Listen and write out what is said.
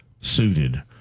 suited